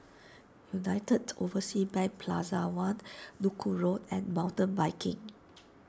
United Overseas Bank Plaza one Duku Road and Mountain Biking